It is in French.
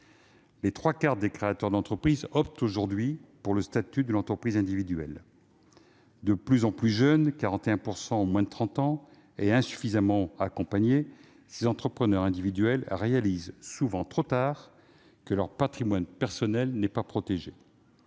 Les trois quarts des créateurs d'entreprises optent aujourd'hui pour le statut de l'entrepreneur individuel. De plus en plus jeunes- 41 % ont moins de 30 ans -et insuffisamment accompagnés, ces entrepreneurs individuels se rendent compte, souvent trop tard, que leur patrimoine personnel n'est pas protégé.